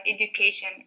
education